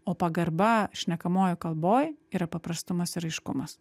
o pagarba šnekamojoj kalboj yra paprastumas ir aiškumas